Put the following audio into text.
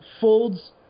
folds